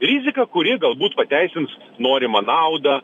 rizika kuri galbūt pateisins norimą naudą